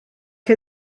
chi